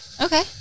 Okay